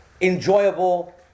enjoyable